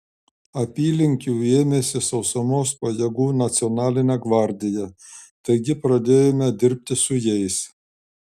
apylinkių ėmėsi sausumos pajėgų nacionalinė gvardija taigi pradėjome dirbti su jais